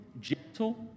gentle